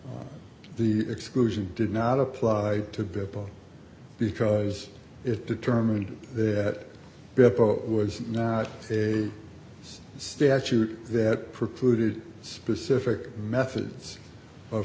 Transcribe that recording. that the exclusion did not apply to bit ball because it determined that it was not a statute that precluded specific methods of